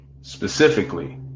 specifically